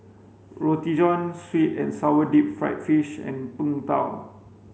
Roti Fohn sweet and sour deep fried fish and Png Tao